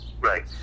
Right